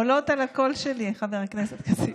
עולות על הקול שלי, חבר הכנסת כסיף.